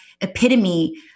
epitome